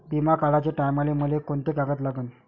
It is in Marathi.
बिमा काढाचे टायमाले मले कोंते कागद लागन?